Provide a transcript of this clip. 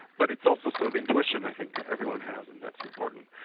but it's also sort of intuition i think that everyone has, and that's important.